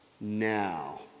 now